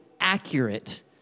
accurate